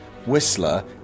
Whistler